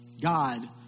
god